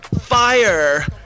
Fire